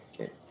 okay